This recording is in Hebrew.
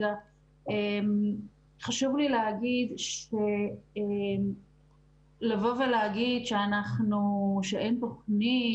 חשוב לי לציין שלבוא ולהגיד שאין תוכנית,